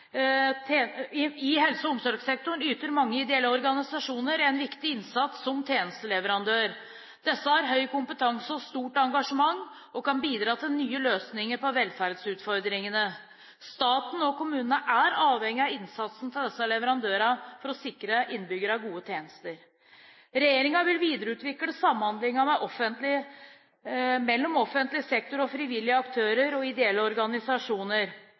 sektor. I helse- og omsorgssektoren yter mange ideelle organisasjoner en viktig innsats som tjenesteleverandører. Disse har høy kompetanse og stort engasjement, og kan bidra til nye løsninger på velferdsutfordringene. Staten og kommunene er avhengig av innsatsen til disse leverandørene for å sikre innbyggerne gode tjenester. Regjeringen vil videreutvikle samhandlingen mellom offentlig sektor, frivillige aktører og ideelle organisasjoner.